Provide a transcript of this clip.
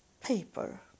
paper